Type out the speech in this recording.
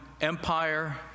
Empire